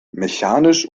mechanisch